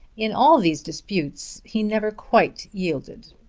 in all these disputes he never quite yielded.